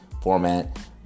format